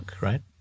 Right